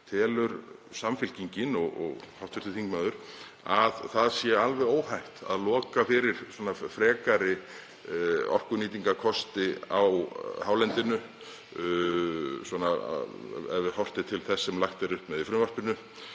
Telur Samfylkingin og hv. þingmaður að það sé alveg óhætt að loka fyrir frekari orkunýtingarkosti á hálendinu ef horft er til þess sem lagt er upp með í frumvarpinu?